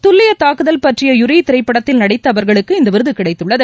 துல்லிய தாக்குதல் பற்றிய யூரி திரைப்படத்தில் நடித்த அவர்களுக்கு இந்த விருது கிடைத்துள்ளது